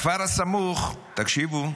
בכפר הסמוך, תקשיבו,